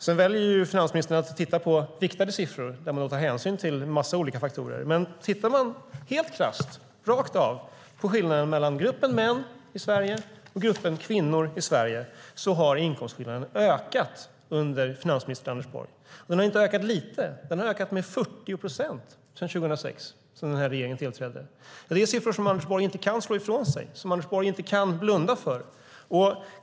Finansministern väljer att titta på viktade siffror där man tar hänsyn till en massa olika faktorer. Tittar vi bara helt krasst och rakt av på skillnaden mellan gruppen män i Sverige och gruppen kvinnor i Sverige ser vi dock att inkomstskillnaden har ökat under finansminister Anders Borg. Den har inte ökat lite heller, utan den har ökat med 40 procent sedan 2006 då denna regering tillträdde. Det är siffror Anders Borg inte kan slå ifrån sig och inte blunda för.